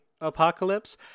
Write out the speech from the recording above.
apocalypse